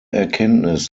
erkenntnis